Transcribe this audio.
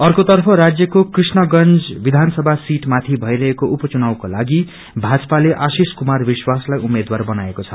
अर्कोतर्फ राज्यको कृष्णागंज विधानसभा सिटमाथि भइरहेको उपचुनावको लागि ीााजाले आशिष कुमार विश्वासलाई उम्मेद्वार बनाएको छ